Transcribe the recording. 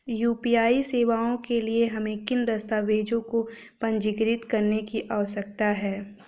UPI सेवाओं के लिए हमें किन दस्तावेज़ों को पंजीकृत करने की आवश्यकता है?